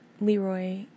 Leroy